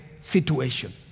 situation